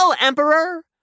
Emperor